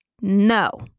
no